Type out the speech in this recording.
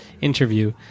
interview